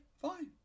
fine